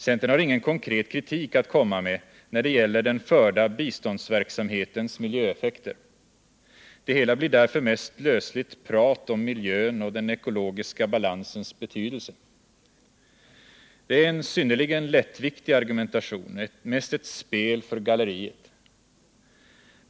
Centern har ingen konkret kritik att komma med när det gäller den förda biståndsverksamhetens miljöeffekter. Det hela blir därför mest löst prat om miljön och den ekologiska balansens betydelse. Det är en synnerligen lättvindig argumentation — mest ett spel för galleriet.